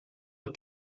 het